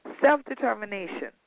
self-determination